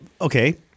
okay